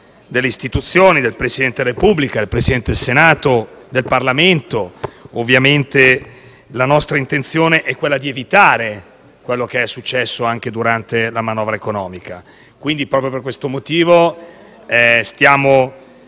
delle istituzioni, del Presidente della Repubblica, del Presidente del Senato e del Parlamento, la nostra intenzione è di evitare quello che è successo anche durante la manovra economica. Proprio per questo motivo, abbiamo